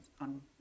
on